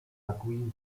joaquin